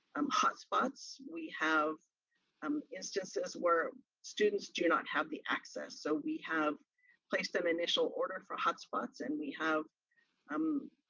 um hot spots, we have um instances where students do not have the access, so we have placed an initial order for hot spots and we have um